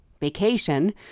vacation